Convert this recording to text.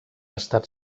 estat